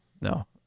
no